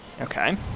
Okay